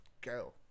go